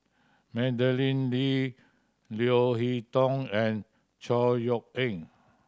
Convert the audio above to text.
Madeleine Lee Leo Hee Tong and Chor Yeok Eng